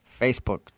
Facebook